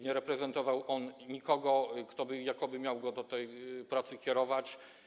Nie reprezentował on nikogo, kto jakoby miał go do tej pracy kierować.